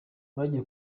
bagiye